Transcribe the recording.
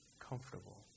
comfortable